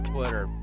Twitter